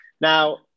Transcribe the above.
now